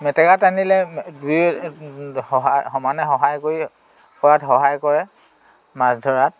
মেটেকা টানিলে সমানে সহায় কৰি কৰাত সহায় কৰে মাছ ধৰাত